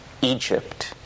Egypt